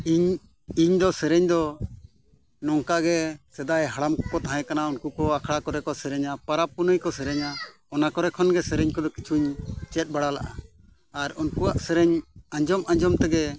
ᱤᱧ ᱤᱧᱫᱚ ᱥᱮᱨᱮᱧ ᱫᱚ ᱱᱚᱝᱠᱟᱜᱮ ᱥᱮᱫᱟᱭ ᱦᱟᱲᱟᱢ ᱠᱚᱠᱚ ᱛᱟᱦᱮᱸ ᱠᱟᱱᱟ ᱩᱱᱠᱩ ᱠᱚ ᱟᱠᱷᱲᱟ ᱠᱚᱨᱮ ᱠᱚ ᱥᱮᱨᱮᱧᱟ ᱯᱚᱨᱚᱵᱽᱼᱯᱩᱱᱟᱹᱭ ᱨᱮᱠᱚ ᱥᱮᱨᱮᱧᱟ ᱚᱱᱟ ᱠᱚᱨᱮ ᱠᱷᱚᱱ ᱥᱮᱨᱮᱧ ᱠᱚᱫᱚ ᱠᱤᱪᱷᱩᱧ ᱪᱮᱫ ᱵᱟᱲᱟ ᱞᱮᱫᱼᱟ ᱟᱨ ᱩᱱᱠᱩᱣᱟᱜ ᱥᱮᱨᱮᱧ ᱟᱸᱡᱚᱢᱼᱟᱸᱡᱚᱢ ᱛᱮᱜᱮ